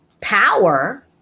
power